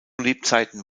lebzeiten